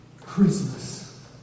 Christmas